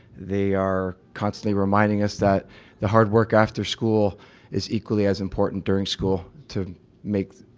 they are constantly reminding us that the hard work after school is equally as important during school to make